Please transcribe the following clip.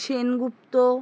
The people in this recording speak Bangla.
সেনগুপ্ত